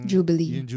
Jubilee